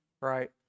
right